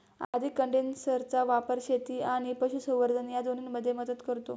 अधिक कंडेन्सरचा वापर शेती आणि पशुसंवर्धन या दोन्हींमध्ये मदत करतो